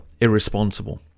irresponsible